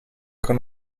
con